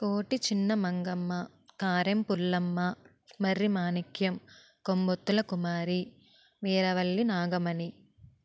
Koti Chinna Mangamma Karem Pullamma Marri Manikyam Kombattula Kumari Veeravalli Nagamani